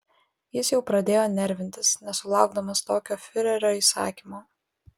jis jau pradėjo nervintis nesulaukdamas tokio fiurerio įsakymo